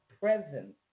presence